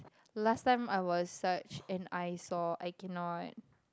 last time I was such an eyesore I cannot